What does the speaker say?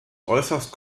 äußerst